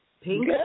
Pink